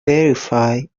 verify